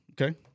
Okay